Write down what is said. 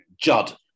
Judd